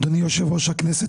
אדוני יושב-ראש הכנסת,